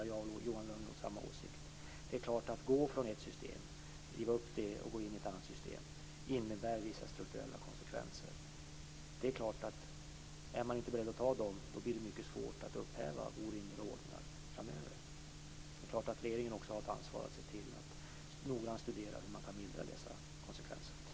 Att riva upp ett system och gå över till ett annat innebär vissa strukturella konsekvenser. Är man inte beredd att ta dem, blir det svårt att framöver upphäva orimliga ordningar. Regeringen har också ett ansvar att noggrant studera hur dessa konsekvenser kan mildras.